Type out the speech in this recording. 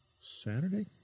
Saturday